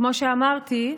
כמו שאמרתי,